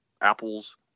apples